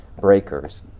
breakers